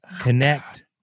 connect